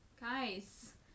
Guys